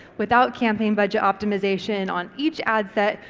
without campaign budget optimisation on each ad set,